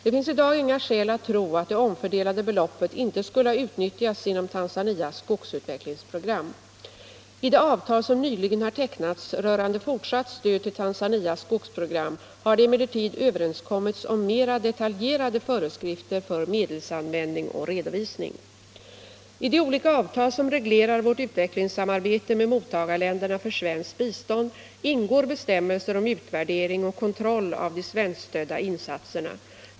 Det finns i dag inga skäl att tro att det omfördelade beloppet inte skulle ha utnyttjats inom Tanzanias skogsutvecklingsprogram. I det avtal som nyligen har tecknats rörande fortsatt stöd till Tanzanias skogsprogram har det emellertid överenskommits om mera detaljerade föreskrifter för medelsanvändning och redovisning. I de olika avtal som reglerar vårt utvecklingssamarbete med mottagarländerna för svenskt bistånd ingår bestämmelser om utvärdering och kontroll av de svenskstödda insatserna.